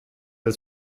del